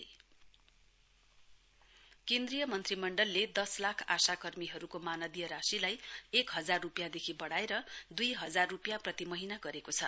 आशा workers केन्द्रीय मन्त्री मण्डलले दस लाख आशा कर्मीहरुको मानदेय राशिलाई एक हजार रुपियँदेखि बढ़ाएर दुई हजार रुपियाँ प्रति महीना गरेको छ